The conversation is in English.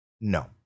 No